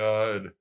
God